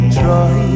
try